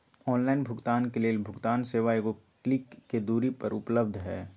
online भुगतान के लेल भुगतान सेवा एगो क्लिक के दूरी पर उपलब्ध हइ